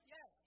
Yes